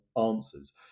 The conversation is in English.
answers